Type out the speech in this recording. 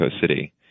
City